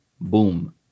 Boom